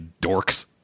dorks